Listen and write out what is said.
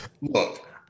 Look